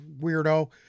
weirdo